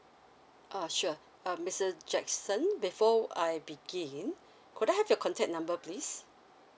oh sure um mister jackson before uh I begin could I have your contact number please